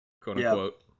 quote-unquote